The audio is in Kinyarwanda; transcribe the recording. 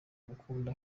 ukunda